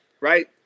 Right